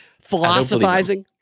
philosophizing